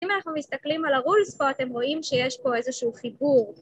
אם אנחנו מסתכלים על ה-rules פה, אתם רואים שיש פה איזשהו חיבור.